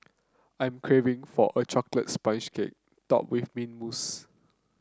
I'm craving for a chocolate sponge cake topped with mint mousse